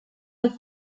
der